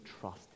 trust